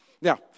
now